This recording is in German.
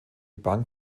bank